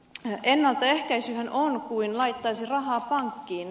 ennaltaehkäisyhän on kuin laittaisi rahaa pankkiin